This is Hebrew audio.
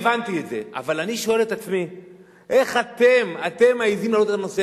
אז אין בדיקה טכנולוגית מספקת שיכולה לבדוק